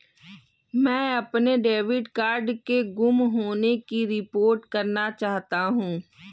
मैं अपने debit card के गुम होने की रिपोर्ट करना चाहता हूँ